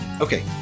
Okay